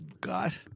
god